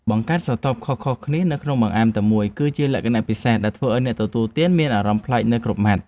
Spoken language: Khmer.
បង្កើតស្រទាប់ខុសៗគ្នានៅក្នុងបង្អែមតែមួយ គឺជាលក្ខណៈពិសេសដែលធ្វើឱ្យអ្នកទទួលទានមានអារម្មណ៍ប្លែកនៅគ្រប់ម៉ាត់។